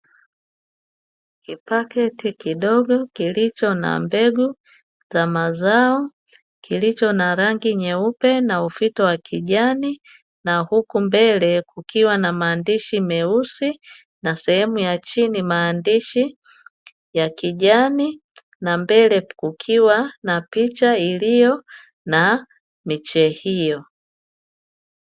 Kipaketi kidogo kilicho na mbegu za mazao, kilicho na rangi nyeupe na ufito ya kijani, na huku mbele kukiwa na maandishi meusi na sehemu ya chini maandishi ya kijani, na mbele kukiwa na picha iliyo na miche hiyo.